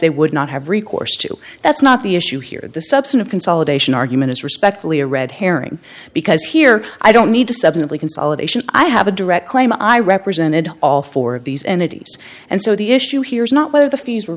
they would not have recourse to that's not the issue here the substantive consolidation argument is respectfully a red herring because here i don't need to suddenly consolidation i have a direct claim i represented all four of these entities and so the issue here is not whether the fees were